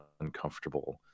uncomfortable